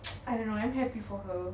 I don't know I'm happy for her